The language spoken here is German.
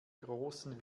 großen